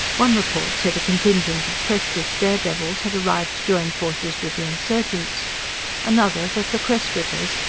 one report said a contingent of creswick dare-devils had arrived to join forces with the insurgents another that the creswickers,